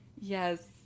Yes